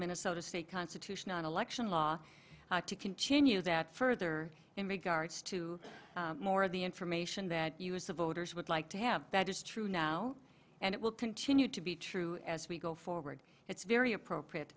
minnesota state constitution on election law to continue that further in regards to more of the information that you as the voters would like to have that is true now and it will continue to be true as we go forward it's very appropriate